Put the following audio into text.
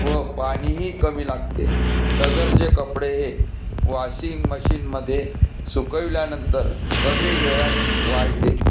व पाणीही कमी लागते सदरचे कपडे हे वॉशिंग मशीनमध्ये सुकवल्यानंतर कमी वेळात वाळते